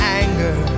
anger